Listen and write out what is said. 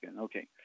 okay